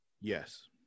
Yes